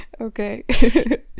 Okay